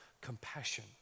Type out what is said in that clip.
compassion